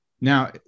Now